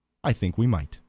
i think we might.